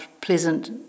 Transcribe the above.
pleasant